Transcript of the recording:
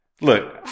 Look